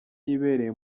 yibereye